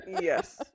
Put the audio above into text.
Yes